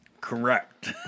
Correct